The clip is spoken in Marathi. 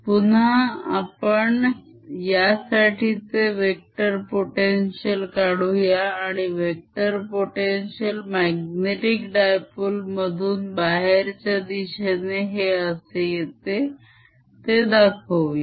पुन्हा आपण यासाठीचे वेक्टर potential काढूया आणि वेक्टर potential magnetic dipole मधून बाहेरच्या दिशेने हे असे येते ते दाखवूया